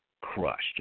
crushed